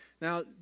Now